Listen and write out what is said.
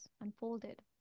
unfolded